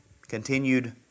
Continued